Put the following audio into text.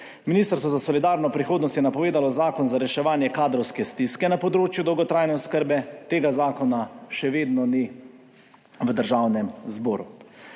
Ministrstvo za solidarno prihodnost je napovedalo zakon za reševanje kadrovske stiske na področju dolgotrajne oskrbe. Tega zakona še vedno ni v Državnem zboru.